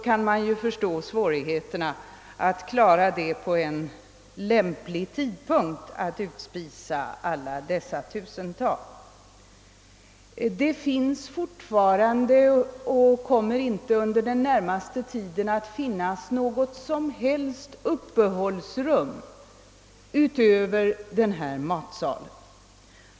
Det finns fortfarande inte och kommer inte heller under den närmaste tiden att finnas något som helst uppehållsrum utöver denna matsal.